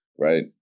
right